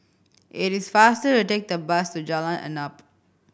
it is faster to take the bus to Jalan Arnap